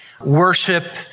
worship